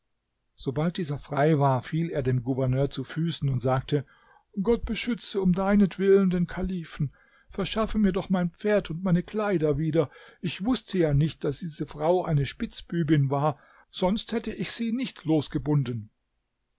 sobald dieser frei war fiel er dem gouverneur zu füßen und sagte gott beschütze um deinetwillen den kalifen verschaffe mir doch mein pferd und meine kleider wieder ich wußte ja nicht daß diese frau eine spitzbübin war sonst hätte ich sie nicht losgebunden